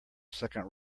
second